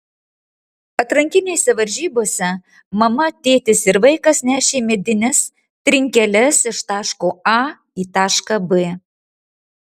atrankinėse varžybose mama tėtis ir vaikas nešė medines trinkeles iš taško a į tašką b